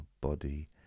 body